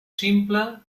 simple